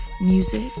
Music